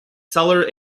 cellar